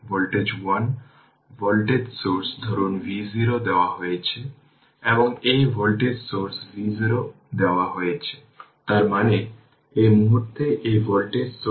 current iL1 iL2 এর সমস্ত direction এবং এটি আরেকটি i3 দেওয়া হয় এবং ইনডাক্টরের মাধ্যমে ইনিশিয়াল কারেন্ট দেওয়া হয় 8 অ্যাম্পিয়ার এবং 4 অ্যাম্পিয়ার